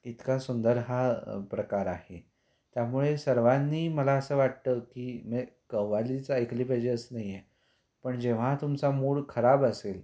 इतका सुंदर हा प्रकार आहे त्यामुळे सर्वांनी मला असं वाटतं की म्हणजे कव्वालीच ऐकली पाहिजे असं नाही आहे पण जेव्हा तुमचा मूड खराब असेल